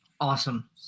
Awesome